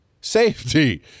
Safety